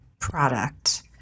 product